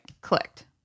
clicked